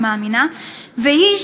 ומאמינה בה,